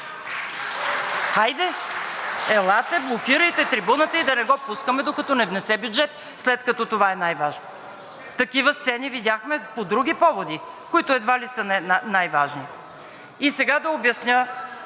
Хайде, елате, блокирайте трибуната и да не го пускаме, докато не внесе бюджет, след като това е най-важното. Такива сцени видяхме по други поводи, които едва ли са най-важните. И сега да обясня